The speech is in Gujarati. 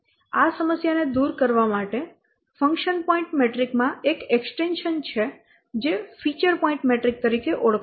આ સમસ્યાને દૂર કરવા માટે ફંક્શન પોઇન્ટ મેટ્રિક માં એક એક્સ્ટેંશન છે જે ફીચર પોઇન્ટ મેટ્રિક તરીકે ઓળખાય છે